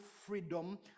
freedom